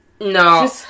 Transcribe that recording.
No